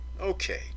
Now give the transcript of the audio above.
Okay